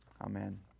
amen